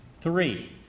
Three